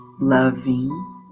loving